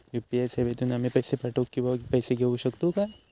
UPI सेवेतून आम्ही पैसे पाठव किंवा पैसे घेऊ शकतू काय?